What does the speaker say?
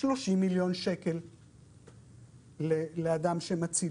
30 מיליון שקל לאדם שמצילים.